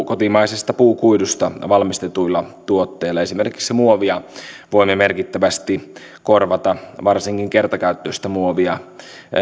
kotimaisesta puukuidusta valmistetuilla tuotteilla esimerkiksi muovia voimme merkittävästi korvata varsinkin kertakäyttöistä muovia